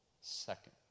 second